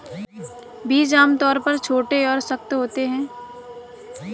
बीज आमतौर पर छोटे और सख्त होते हैं